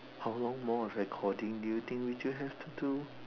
how long more of recording do you think would you have to do